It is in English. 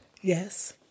Yes